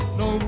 no